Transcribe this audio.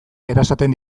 erasaten